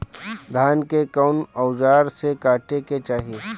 धान के कउन औजार से काटे के चाही?